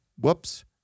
whoops